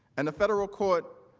and the federal court